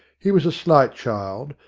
he was a slight child,